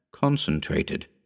concentrated